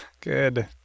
Good